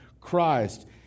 Christ